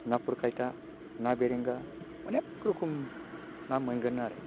ना फुरखायथा ना बेरेंगा अनेक रोखोम ना मोनगोन आरो